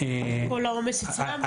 --- כל העומס אצלם?